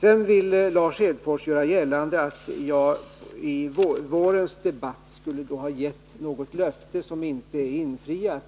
Sedan vill Lars Hedfors göra gällande att jag i vårens debatt skulle ha gett något löfte som inte har infriats.